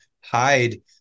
hide